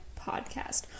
podcast